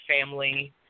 family